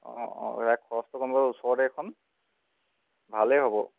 অঁ অঁ ৰা খৰচটো কম হ'ব ওচৰতে এখন ভালেই হ'ব